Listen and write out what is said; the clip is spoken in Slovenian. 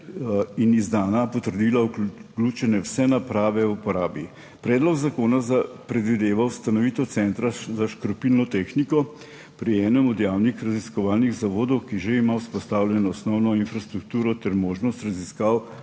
in izdana potrdila vključene vse naprave, uporabi. Predlog zakona predvideva ustanovitev centra za škropilno tehniko pri enem od javnih raziskovalnih zavodov, ki že ima vzpostavljeno osnovno infrastrukturo ter možnost raziskav